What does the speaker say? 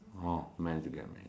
horh men to get mad